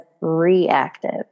reactive